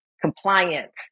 compliance